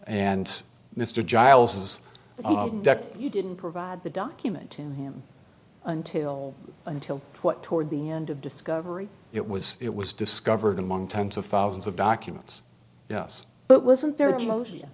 and mr giles has ducked you didn't provide the document to him until until what toward the end of discovery it was it was discovered among tens of thousands of documents yes but wasn't there